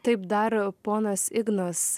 taip dar ponas ignas